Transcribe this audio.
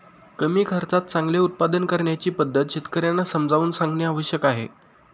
कमी खर्चात चांगले उत्पादन करण्याची पद्धत शेतकर्यांना समजावून सांगणे आवश्यक आहे